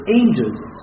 angels